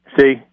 See